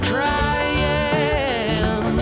Crying